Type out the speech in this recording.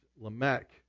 Lamech